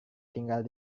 tinggal